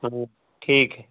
हाँ ठीक है